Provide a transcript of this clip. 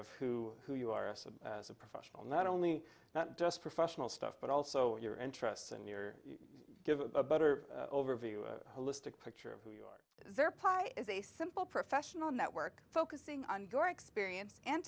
of who who you are so as a professional not only not just professional stuff but also your interests and your give a better overview a holistic picture of who you are their part is a simple professional network focusing on your experience and